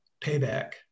payback